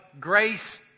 grace